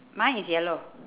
mine is yellow